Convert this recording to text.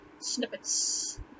snippets